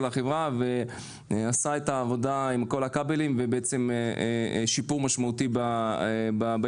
החברה ועשה את העבודה עם כל הכבלים ואכן יש שיפור משמעותי באינטרנט.